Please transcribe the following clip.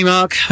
Mark